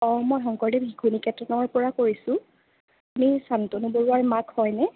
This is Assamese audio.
অঁ মই শংকৰদেৱ শিশু নিকেতনৰ পৰা কৈছোঁ আপুনি চান্তনু বৰুৱাৰ মাক হয়নে